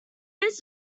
his